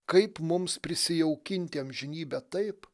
kaip mums prisijaukinti amžinybę taip